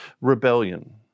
rebellion